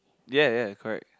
ya ya correct